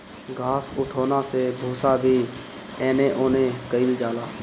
घास उठौना से भूसा भी एने ओने कइल जाला